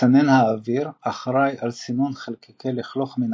מסנן אוויר - אחראי על סינון חלקיקי לכלוך מן